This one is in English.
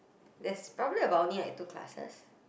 there's probably about only like two classes